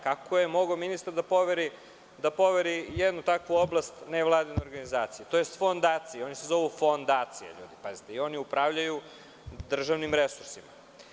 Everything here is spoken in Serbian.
Kako je mogao ministar da poveri jednu takvu oblast nevladinoj organizaciji, tj. fondaciji, oni se zovu fondacija i oni upravljaju državnim resursima?